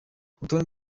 urutonde